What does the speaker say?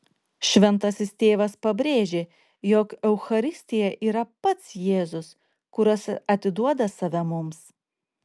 šventasis tėvas pabrėžė jog eucharistija yra pats jėzus kuris atiduoda save mums